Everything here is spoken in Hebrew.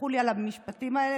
תסלחו לי על המשפטים האלה,